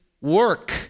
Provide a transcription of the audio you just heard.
work